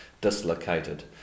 dislocated